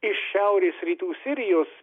iš šiaurės rytų sirijos